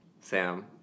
Sam